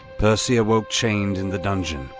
percy awoke chained in the dungeon,